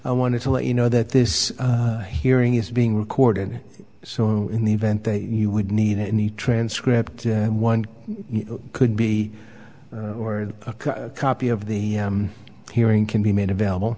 i wanted to let you know that this hearing is being recorded so in the event that you would need any transcript one could be or a copy of the hearing can be made available